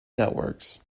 networks